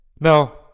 now